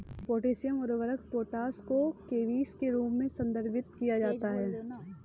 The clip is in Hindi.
पोटेशियम उर्वरक पोटाश को केबीस के रूप में संदर्भित किया जाता है